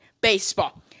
baseball